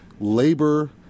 labor